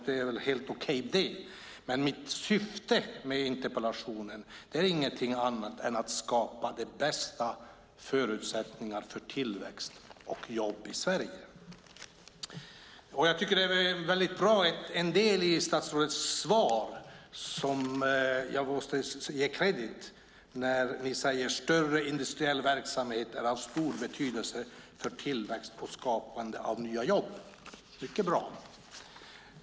Det är väl helt okej det, men mitt syfte med interpellationen är ingenting annat än att skapa de bästa förutsättningarna för tillväxt och jobb i Sverige. En del i statsrådet svar är väldigt bra och sådant som jag måste ge honom kredit för. När han talar om större industriella verksamheter som är av stor betydelse för tillväxt och skapande av nya jobb är det mycket bra.